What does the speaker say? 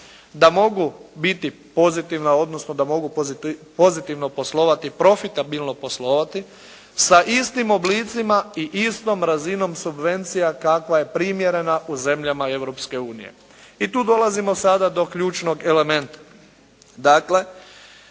da mogu pozitivno poslovati, profitabilno poslovati sa istim oblicima i istom razinom subvencija kakva je primjerena u zemljama Europske unije i tu dolazimo sada do ključnog elementa.